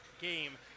game